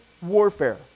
warfare